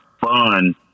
fun